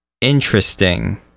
interesting